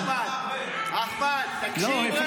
לא, הפריע.